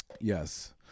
Yes